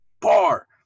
Bar